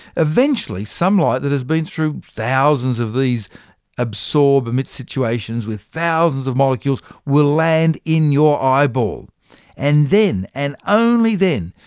eventually, some light that has been through thousands of these absorb emit situations with thousands of molecules will land in your eyeball and then, and only then,